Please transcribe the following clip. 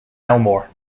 elmore